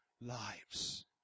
lives